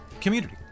community